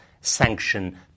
sanction